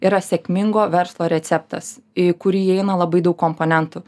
yra sėkmingo verslo receptas į kurį įeina labai daug komponentų